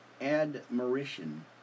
admiration